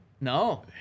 No